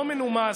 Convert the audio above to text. לא מנומס,